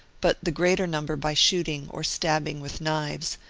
but the greater number by shooting or stabbing with knives,